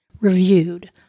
reviewed